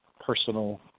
personal